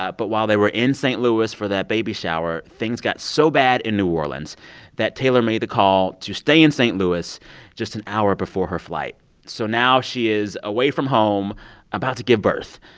but while they were in st. louis for that baby shower, things got so bad in new orleans that taylor made the call to stay in st. louis just an hour before her flight so now she is away from home about to give birth.